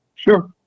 Sure